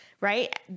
right